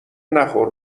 نخور